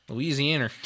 Louisiana